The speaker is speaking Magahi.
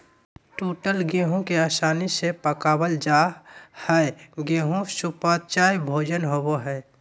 टूटल गेहूं के आसानी से पकवल जा हई गेहू सुपाच्य भोजन होवई हई